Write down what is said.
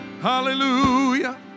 Hallelujah